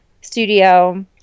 studio